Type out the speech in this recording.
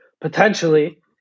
potentially